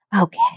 Okay